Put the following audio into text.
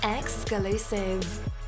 Exclusive